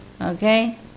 okay